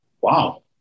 Wow